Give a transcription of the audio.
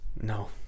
No